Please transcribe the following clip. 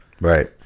right